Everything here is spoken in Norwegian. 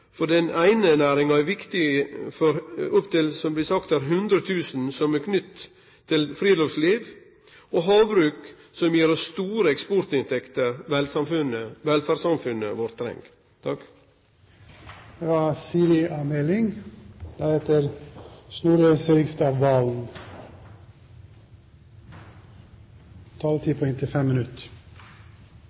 For den eine næringa er viktig for, som det blir sagt her, opptil 100 000 knytte til friluftsliv, og havbruk gir oss store eksportinntekter som velferdssamfunnet vårt